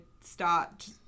start